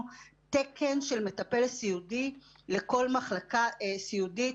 תקן של מטפלת סיעודית לכל מחלקה סיעודית.